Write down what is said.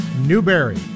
Newberry